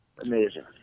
amazing